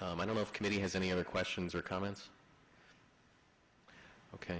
i don't know if committee has any other questions or comments ok